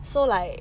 so like